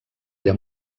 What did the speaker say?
ella